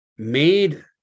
made